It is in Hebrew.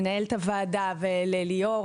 למנהלת הוועדה ולליאור,